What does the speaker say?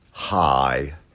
Hi